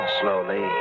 slowly